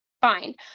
fine